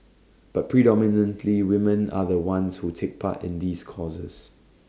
but predominantly woman are the ones who take part in these courses